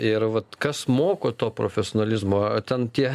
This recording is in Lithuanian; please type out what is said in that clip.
ir vat kas moko to profesionalizmo ten tie